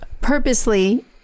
purposely